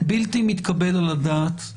בלתי מתקבל על הדעת.